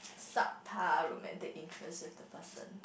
subpar romantic interest with the person